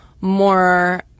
more